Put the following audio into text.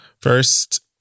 First